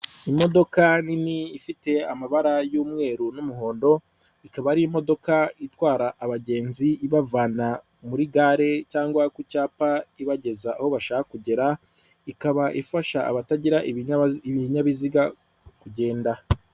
Imodoka nini ifite amabara y'umweru n'umuhondo, ikaba ari imodoka itwara abagenzi ibavana muri gare cyangwa ku cyapa ibageza aho bashaka kugera, ikaba ifasha abatagira ibinyabiziga kugenda.